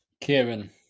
Kieran